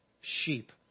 sheep